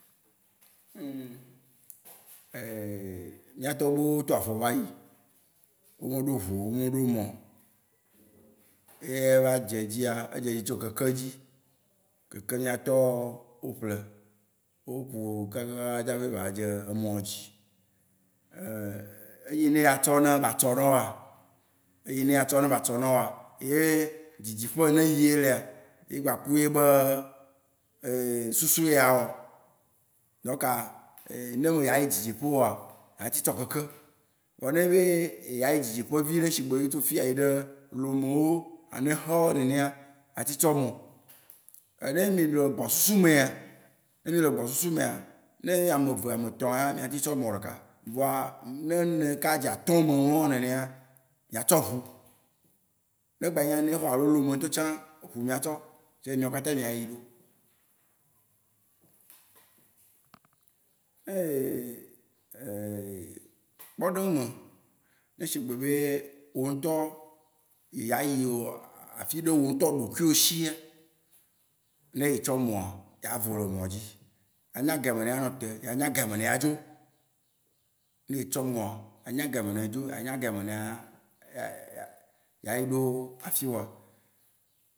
mía tɔgbuiwó woe to afɔ vayi. Wó me ɖo ʋu oo, wó me ɖo emɔ oo, eye edze edzia, edze edzi tso keke dzi. Keke mía tɔwo wó ple, wó ku kaka kaka tsaƒe eva dze emɔ dzi. eyi ne a tsɔ na batsɔ na wòa, eyi ne atsɔ ne batsɔ na wòa, ye dzidzi ƒe yine yi elea, ye kpaku yebe susu ye awɔ. Donc aa, ne me dza ayi dzidzi ƒe oa, ate tsɔ keke. Vɔa ne nyi be edza yi dzidzi ƒe viɖe sigbe be tso fiya yiɖe Lome wó, Anexɔ wó nenea, ate tsɔ emɔ. ne mì le egbɔ susu mea, ne mì le egbɔ susu mea, ne ame eve, ame etɔ yea, mìa teŋu tsɔ mɔ ɖeka. Vɔa, ne mì le kaka dze atɔ me mawó nenea, mìa tsɔ ʋu. Ne gba nyi ame ame ene ŋutɔ tsã, eʋu mìa tsɔ, tsae mìa kpata mìa yi. kpɔɖeŋu me, ne sigbe be wò ŋutɔ yea yi afiɖe wò ŋutɔ ɖokuiwò shia, ne etsɔ emɔa, yea vo le emɔa dzi. Yea nya ga yime lea nɔte, yea nya ga yime lea dzo. Ne etsɔ emɔa, anya gayime nea dzo, anya gayime nea yea yi ɖo afi wòa.